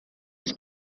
was